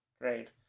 great